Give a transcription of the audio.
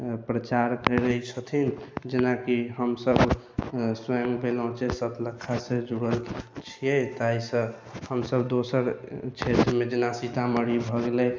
प्रचार करै छथिन जेनाकि हमसब स्वयं बेलौंचे सतलखासँ जुड़ल छियै ताहिसँ हमसब दोसर क्षेत्रमे जेना सीतामढ़ी भऽ गेलै